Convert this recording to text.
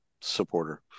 supporter